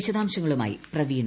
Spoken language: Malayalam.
വിശദാംശങ്ങളുമായി പ്രവീണ